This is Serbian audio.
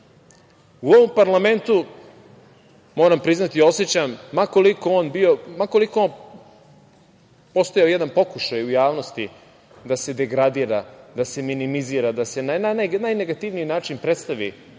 u ovom parlamentu, moram priznati, osećam, ma koliko postojao jedan pokušaj u javnosti da se degradira, da se minimizira, da se na najnegativniji način predstavi